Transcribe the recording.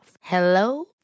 Hello